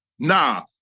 Nah